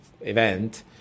event